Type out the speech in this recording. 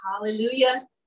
Hallelujah